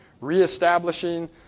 reestablishing